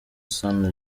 san